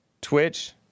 Twitch